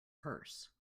purse